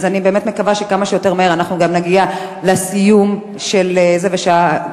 אני באמת מקווה שאנחנו גם נגיע לסיום של זה כמה שיותר מהר,